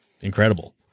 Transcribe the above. incredible